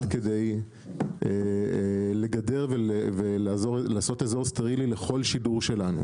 כדי לגדר ולעשות איזור סטרילי לכל שידור שלנו